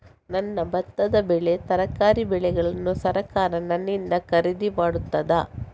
ನನ್ನ ಭತ್ತದ ಬೆಳೆ, ತರಕಾರಿ ಬೆಳೆಯನ್ನು ಸರಕಾರ ನನ್ನಿಂದ ಖರೀದಿ ಮಾಡುತ್ತದಾ?